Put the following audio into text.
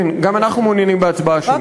כן, גם אנחנו מעוניינים בהצבעה שמית.